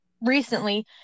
recently